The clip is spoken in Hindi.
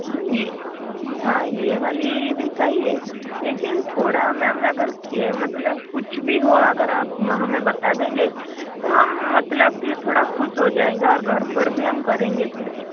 हाँ ये हाँ ये वाली भी सही है लेकिन थोड़ा मैम अगर कि मतलब कुछ भी हो अगर आप मा हमें बता देंगे तो हम मतलब कि थोड़ा ख़ुश हो जाएंगे और घर पर भी हम करेंगे थोड़ा